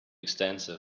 extensive